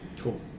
Cool